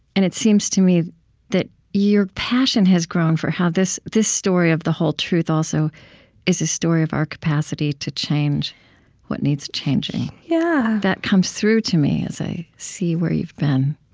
and it seems to me that your passion has grown for how this this story of the whole truth also is the story of our capacity to change what needs changing. yeah that comes through to me as i see where you've been